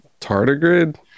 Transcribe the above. Tardigrade